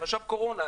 עכשיו קורונה,